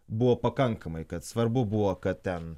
buvo pakankamai kad svarbu buvo kad ten